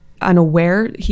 unaware